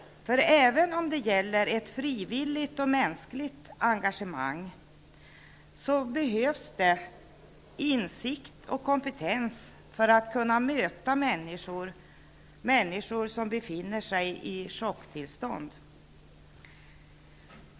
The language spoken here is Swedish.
Även om det gäller ett frivilligt och mänskligt engagemang behövs det insikt och kompetens för att kunna möta människor som befinner sig i chocktillstånd.